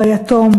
ביתום,